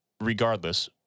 Regardless